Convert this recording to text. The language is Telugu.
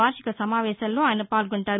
వార్షిక సమావేశాల్లో ఆయన పాల్గొంటారు